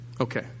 Okay